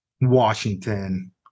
washington